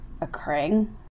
occurring